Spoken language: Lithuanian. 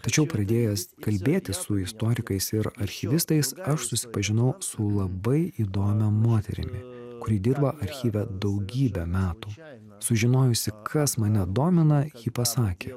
tačiau pradėjęs kalbėti su istorikais ir archyvistais aš susipažinau su labai įdomia moterimi kuri dirba archyve daugybę metų sužinojusi kas mane domina ji pasakė